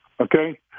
okay